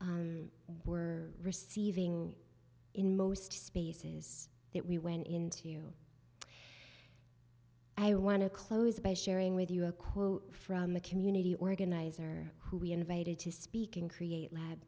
were receiving in most spaces that we went in to you i want to close by sharing with you a quote from a community organizer who we innovated to speak and create lab